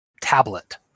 tablet